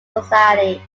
society